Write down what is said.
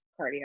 cardio